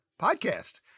podcast